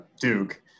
Duke